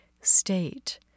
state